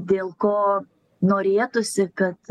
dėl ko norėtųsi kad